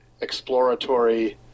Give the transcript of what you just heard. exploratory